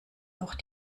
auch